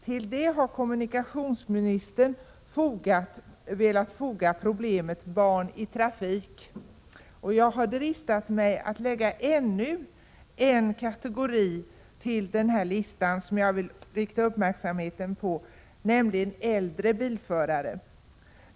Till detta har kommunikationsministern velat foga problemet barn i trafik. Jag har dristat mig att till den här listan lägga ännu en kategori, som jag vill rikta uppmärksamheten på, nämligen äldre bilförare.